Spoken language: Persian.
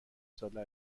ساله